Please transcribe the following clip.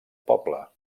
poble